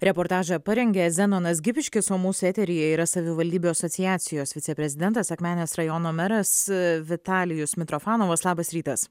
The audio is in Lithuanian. reportažą parengė zenonas gipiškis o mūsų eteryje yra savivaldybių asociacijos viceprezidentas akmenės rajono meras vitalijus mitrofanovas labas rytas